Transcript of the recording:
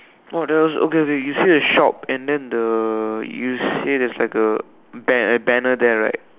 oh there was okay okay you see the shop and then the you say there's like a ban~ uh banner there right